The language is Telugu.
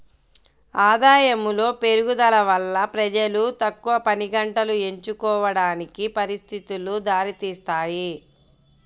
ఆదాయములో పెరుగుదల వల్ల ప్రజలు తక్కువ పనిగంటలు ఎంచుకోవడానికి పరిస్థితులు దారితీస్తాయి